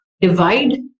divide